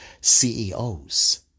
CEOs